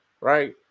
Right